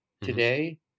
today